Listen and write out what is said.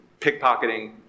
pickpocketing